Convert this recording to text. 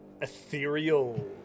ethereal